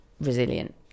resilient